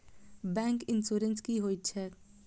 Bank insurance की होइत छैक?